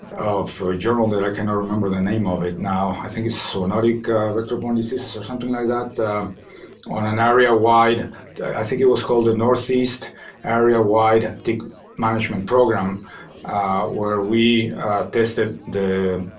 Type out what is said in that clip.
of a journal that i cannot remember the name of it now. i think it's zoonotic vector-borne diseases or something like that on an area-wide i think it was called the northeast area-wide tick management program where we tested the